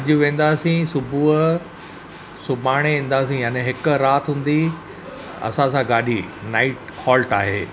अॼु वेंदासीं सुबुहु सुभाणे ईंदासीं यानी हिकु राति हूंदी असां सां गाॾी नाइट हॉल्ट आहे